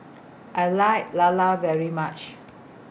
I like Lala very much